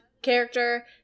Character